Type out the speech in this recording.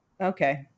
okay